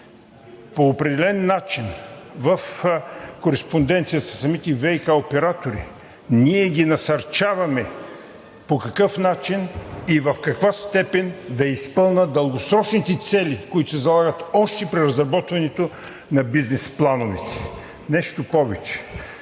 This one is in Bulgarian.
По определен начин – в кореспонденция със самите ВиК оператори ние ги насърчаваме по какъв начин и в каква степен да изпълнят дългосрочните цели, които се залагат още при разработването на бизнес плановете. Нещо повече,